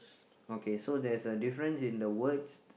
okay so there's a difference in the words